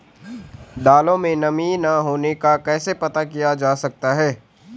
दालों में नमी न होने का कैसे पता किया जा सकता है?